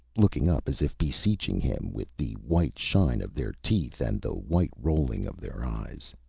looking up as if beseeching him, with the white shine of their teeth and the white rolling of their eyes.